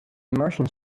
martians